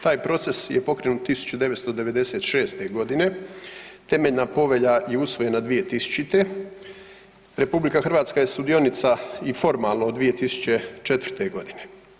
Taj proces je pokrenut 1996. godine, temeljna povelja je usvojena 2000., RH je sudionica i formalno od 2004. godine.